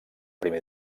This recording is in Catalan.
primer